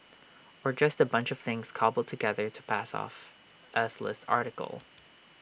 or just A bunch of things cobbled together to pass off as list article